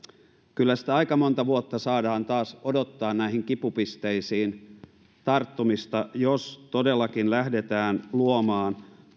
kyllä aika monta vuotta saadaan taas odottaa näihin kipupisteisiin tarttumista jos todellakin lähdetään luomaan